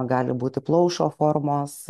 gali būti plaušo formos